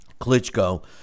Klitschko